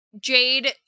Jade